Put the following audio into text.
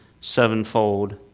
sevenfold